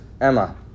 Emma